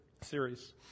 series